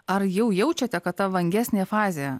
ar jau jaučiate kad ta vangesnė fazė